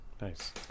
Nice